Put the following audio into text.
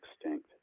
extinct